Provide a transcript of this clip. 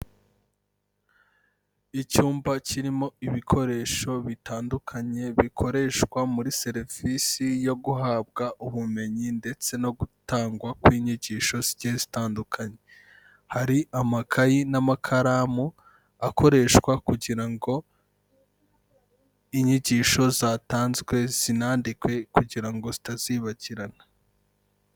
Icyumba kirimo ibikoresho bitandukanye bikoreshwa muri serivisi yo guhabwa ubumenyi ndetse no gutangwa kw'inyigisho zigiye zitandukanye, hari amakayi n'amakaramu akoreshwa kugira ngo inyigisho zatanzwe zanandikwe kugira ngo zitazibagirana.